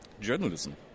journalism